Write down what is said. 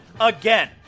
again